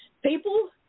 People